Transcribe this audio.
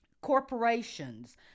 corporations